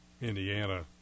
Indiana